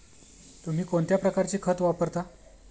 तुम्ही कोणत्या प्रकारचे खत वापरता?